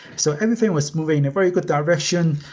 so everything was moving in a very good direction.